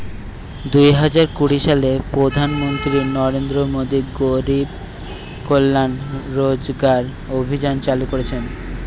দুই হাজার কুড়ি সালে প্রধান মন্ত্রী নরেন্দ্র মোদী গরিব কল্যাণ রোজগার অভিযান চালু করিছে